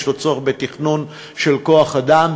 יש לו צורך בתכנון של כוח-אדם,